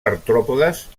artròpodes